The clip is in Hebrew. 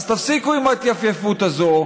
אז תפסיקו עם ההתייפייפות הזאת.